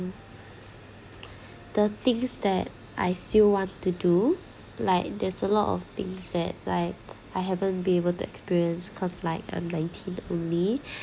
the things that I still want to do like there's a lot of things that like I haven't been able to experience cause like I'm nineteen only